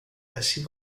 así